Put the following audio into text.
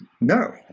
No